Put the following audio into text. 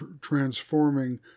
transforming